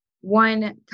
one